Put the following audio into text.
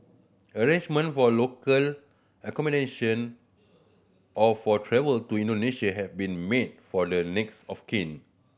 arrangement for a local accommodation or for travel to Indonesia have been made for the next of kin